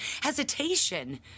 hesitation